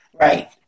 Right